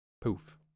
Poof